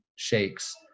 shakes